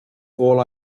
all